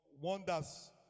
wonders